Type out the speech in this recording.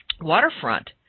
waterfront